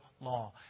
law